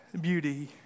beauty